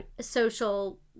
social